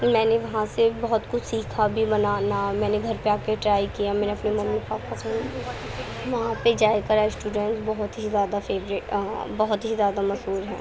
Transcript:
میں نے وہاں سے بہت کچھ سیکھا بھی بنانا میں نے گھر پہ آ کے ٹرائی کیا میں نے اپنے ممی پاپا سے وہاں پہ ذائقہ ریسٹورینٹ بہت ہی زیادہ فیوریٹ بہت زیادہ مشہور ہے